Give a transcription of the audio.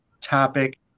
topic